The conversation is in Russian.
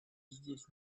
здесь